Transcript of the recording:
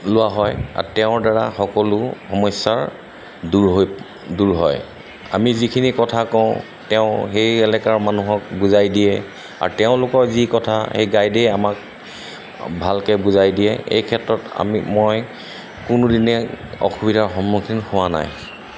লোৱা হয় আৰু তেওঁৰদ্বাৰা সকলো সমস্যাৰ দূৰ হৈ দূৰ হয় আমি যিখিনি কথা কওঁ তেওঁ সেই এলেকাৰ মানুহক বুজাই দিয়ে আৰু তেওঁলোকৰ যি কথা সেই গাইডেই আমাক ভালকৈ বুজাই দিয়ে এই ক্ষেত্ৰত আমি মই কোনোদিনে অসুবিধাৰ সন্মুখীন হোৱা নাই